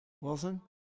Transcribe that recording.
Wilson